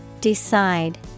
Decide